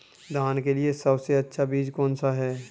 धान के लिए सबसे अच्छा बीज कौन सा है?